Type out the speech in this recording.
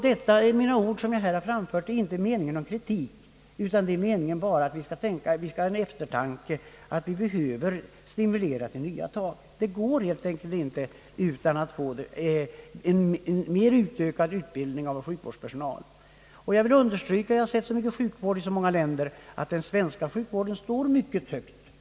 De ord jag här har yttrat är inte menade som någon kritik, utan meningen är att mana till eftertanke. Vi behöver stimulera till nya tag, och det går helt enkelt inte utan en mera utökad utbildning av sjukvårdspersonal. Jag har sett mycket sjukvård i många länder, och jag vet att den svenska sjukvården står mycket högt.